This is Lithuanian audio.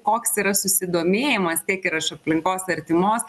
koks yra susidomėjimas tiek ir iš aplinkos artimos